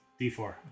D4